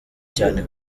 cyane